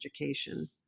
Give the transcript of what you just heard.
education